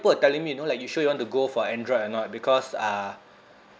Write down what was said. people are telling me you know like you sure you want to go for android or not because uh